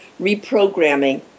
reprogramming